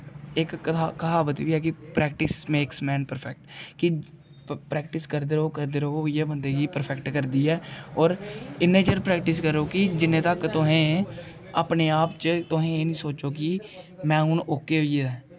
इक कहावत बी ऐ कि प्रेक्टिस मेक्स मैन परफेक्ट कि प्रेक्टिस करदे र'वो करदे र'वो इ'यै बंदे गी परफेक्ट करदी ऐ होर इ'न्ने चिर तक प्रेक्टिस करो कि जि'न्ने तक तुसें अपने आप च तुस एह् निं सोचो कि में हून ओके होई गेदा ऐ